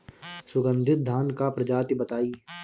सुगन्धित धान क प्रजाति बताई?